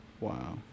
Wow